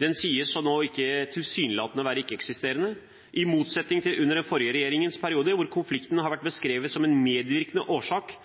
Den sies nå å være tilsynelatende ikke-eksisterende, i motsetning til under den forrige regjeringen, hvor konflikten har vært beskrevet som en medvirkende årsak